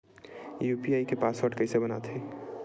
UPI के password कइसे बनाथे?